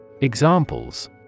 Examples